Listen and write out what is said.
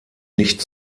nicht